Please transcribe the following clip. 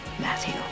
Matthew